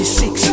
six